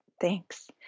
Thanks